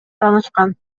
таанышкан